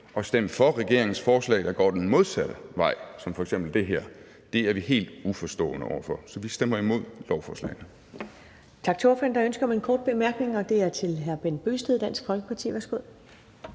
at stemme for regeringens forslag, der går den modsatte vej, som f.eks. det her, er vi helt uforstående over for. Så vi stemmer imod lovforslagene.